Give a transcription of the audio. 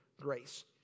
grace